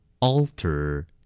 Alter